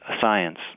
science